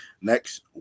next